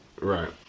Right